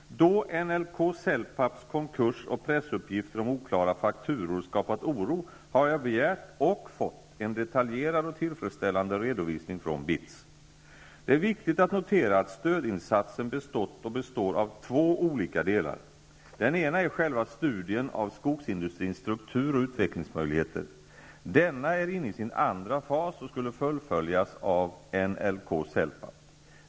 Då NLK-Celpaps konkurs och pressuppgifter om oklara fakturor skapat oro har jag begärt och fått en detaljerad och tillfredsställande redovisning från Det är viktigt att notera att stödinsatsen bestått och består av två olika delar. Den ena är själva studien av skogsindustrins struktur och utvecklingsmöjligheter. Denna är inne i sin andra fas och skulle fullföljas av NLK-Celpap.